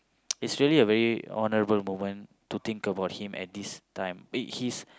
it's really a very honourable moment to think about him at this time eh his